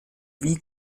wie